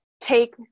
take